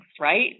right